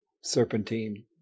serpentine